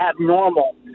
abnormal